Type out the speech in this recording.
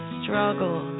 struggle